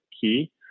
key